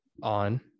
On